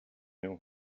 nous